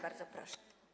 Bardzo proszę.